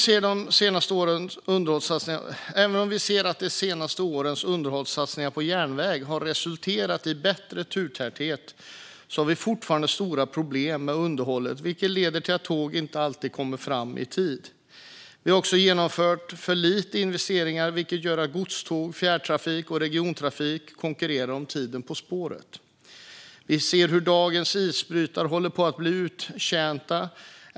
Herr talman! Även om vi ser att de senaste årens underhållssatsningar på järnväg har resulterat i bättre turtäthet har vi fortfarande stora problem med underhållet, vilket leder till att tåg inte alltid kommer fram i tid. Vi har också genomfört för lite investeringar, vilket gör att godståg, fjärrtrafik och regiontrafik konkurrerar om tiden på spåret. Vi ser hur dagens isbrytare håller på att bli uttjänta.